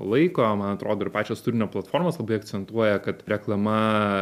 laiko man atrodo ir pačios turinio platformos labai akcentuoja kad reklama